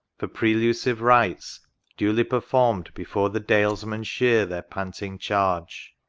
for prelusive rites duly performed before the dales-men shear their panting charge.